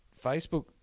Facebook